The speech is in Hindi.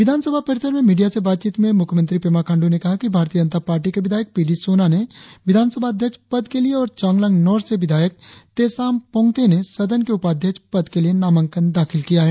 विधानसभा परिसर में मीडिया से बातचीत में मुख्यमंत्री पेमा खांडू ने कहा कि भारतीय जनता पार्टी के विधायक पी डी सोना ने विधानसभा अध्यक्ष पद के लिए और चांगलांग नोर्थ से विधायक तेसाम पोंगते ने सदन के उपाध्यक्ष पद के लिए नामांकन दाखिल किया है